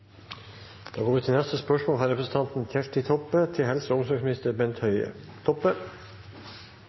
Da går vi til neste hovedspørsmål. Mitt spørsmål går til